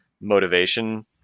motivation